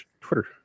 Twitter